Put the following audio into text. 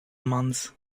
months